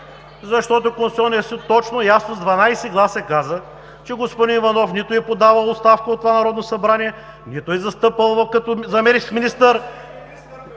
защото Конституционният съд точно, ясно, с 12 гласа каза, че господин Иванов нито е подавал оставка от това Народно събрание, нито е застъпвал като заместник-министър,